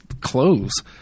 clothes